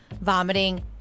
vomiting